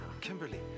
Kimberly